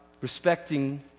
respecting